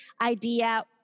idea